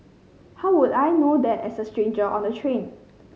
how would I know that as a stranger on the train